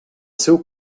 seu